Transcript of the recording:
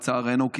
לצערנו,